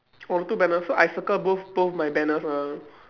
oh two banners so I circle both both my banners ah